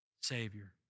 Savior